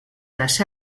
las